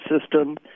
system